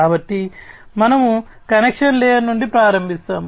కాబట్టి మనము connection layer నుండి ప్రారంభిస్తాము